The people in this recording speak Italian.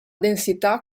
densità